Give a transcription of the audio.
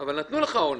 אבל נתנו לך עונש?